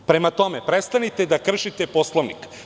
Prema tome, prestanite da kršite Poslovnik.